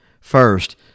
First